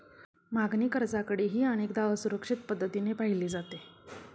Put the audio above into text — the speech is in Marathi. मागणी कर्जाकडेही अनेकदा असुरक्षित पद्धतीने पाहिले जाते